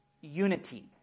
unity